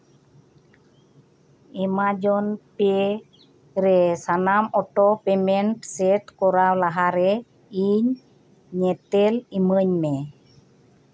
Amazon pay ᱨᱮ ᱥᱟᱱᱟᱢ auto payment set ᱠᱚᱨᱟᱣ ᱞᱟᱦᱟᱨᱮ ᱤᱧ ᱧᱮᱛᱮᱞ ᱮᱢᱟᱹᱧ ᱢᱮ